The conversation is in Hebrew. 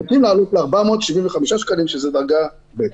אנחנו מבקשים להעלות ל-475 שקלים, שזה דרגה ב'.